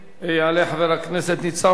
יעלה חבר הכנסת ניצן הורוביץ.